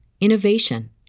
innovation